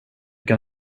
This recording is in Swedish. kan